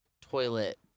toilet